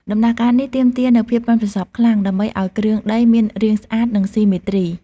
ដំណាក់កាលនេះទាមទារនូវភាពប៉ិនប្រសប់ខ្លាំង ដើម្បីឲ្យគ្រឿងដីមានរាងស្អាតនិងស៊ីមេទ្រី។